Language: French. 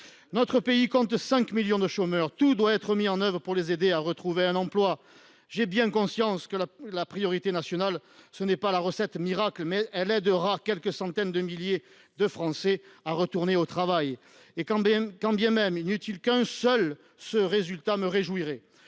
Notre pays compte 5 millions de chômeurs. Tout doit être mis en œuvre pour les aider à retrouver un emploi. J’ai bien conscience que la priorité nationale n’est pas une recette miracle, mais elle aidera quelques centaines de milliers de Français à retourner au travail. Quand bien même un seul d’entre eux serait concerné, ce résultat me réjouirait.